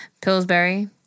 Pillsbury